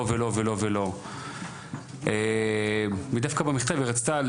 לא ולא ולא לא ודווקא במכתב היא רצתה,